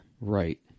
Right